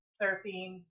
surfing